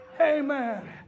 Amen